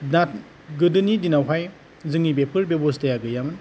दा गोदोनि दिनावहाय जोंनि बेफोर बेबस्थाया गैयामोन